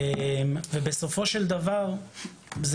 ובסופו של דבר זה